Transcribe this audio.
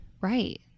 right